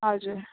हजुर